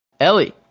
ellie